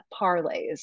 parlays